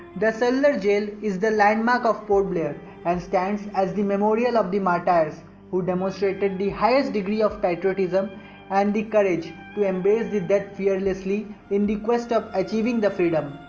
the cellular jail is the landmark of port blair and stands as the memorial of the martyrs who demonstrated the highest degree of patriotism and the courage to embrace the death fearlessly in the quest of achieving the freedom.